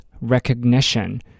recognition